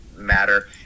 matter